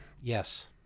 Yes